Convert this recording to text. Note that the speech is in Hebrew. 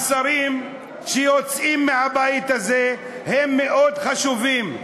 המסרים שיוצאים מהבית הזה הם מאוד חשובים.